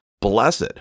blessed